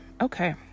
okay